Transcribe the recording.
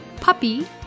puppy